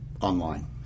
online